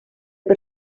per